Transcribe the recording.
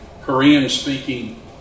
Korean-speaking